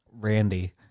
Randy